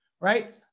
right